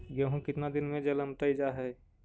गेहूं केतना दिन में जलमतइ जा है?